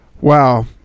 Wow